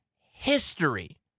history